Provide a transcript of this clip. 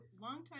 longtime